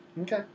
Okay